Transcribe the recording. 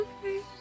Okay